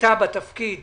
אתה בתפקיד